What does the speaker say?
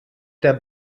der